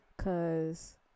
Cause